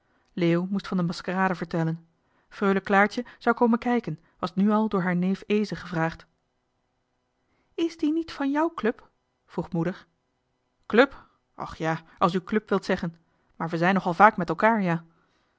leo moest van de maskerade vertellen freule claartje zou komen kijken was nu al door haar neef eeze gevraagd is die niet van jou club vroeg moeder club och ja als u club wilt zeggen maar we zijn nog al vaak met elkaar ja